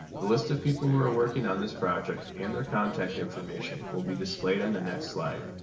the list of people who are working on this project and their contact information will be displayed on the next slide.